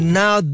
now